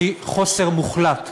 מחוסר מוחלט.